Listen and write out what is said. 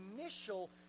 initial